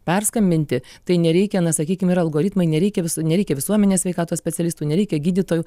perskambinti tai nereikia na sakykim yra algoritmai nereikia visa nereikia visuomenės sveikatos specialistų nereikia gydytojų